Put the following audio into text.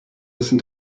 listen